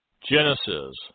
Genesis